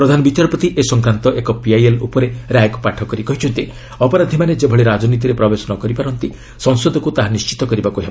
ପ୍ରଧାନବିଚାରପତି ଏ ସଂକ୍ରାନ୍ତ ଏକ ପିଆଇଏଲ୍ ଉପରେ ରାୟକୁ ପାଠ କରି କହିଛନ୍ତି ଅପରାଧୀମାନେ ଯେଭଳି ରାଜନୀତିରେ ପ୍ରବେଶ ନ କରିପାରନ୍ତି ସଂସଦକୁ ତାହା ନିର୍ଣ୍ଣିତ କରିବାକୁ ହେବ